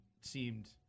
seemed